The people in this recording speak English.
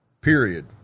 period